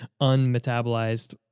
unmetabolized